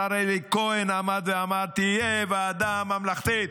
השר אלי כהן עמד ואמר: תהיה ועדת ממלכתית.